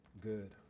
good